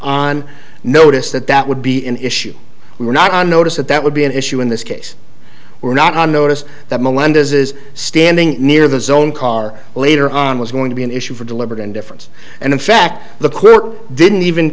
on notice that that would be an issue we were not on notice that that would be an issue in this case we're not on notice that melendez is standing near the zone car later on was going to be an issue for deliberate indifference and in fact the clerk didn't even